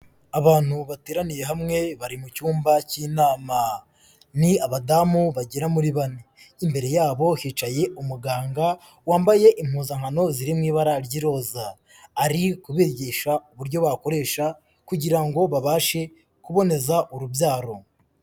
Abantu bateraniye hamwe bari mu cyumba cy'inama, ni abadamu bagera muri bane, imbere yabo hicaye umuganga wambaye impuzankano ziri mu ibara ry'iroza, ari kubigisha uburyo bakoresha kugira ngo babashe kuboneza urubyaro.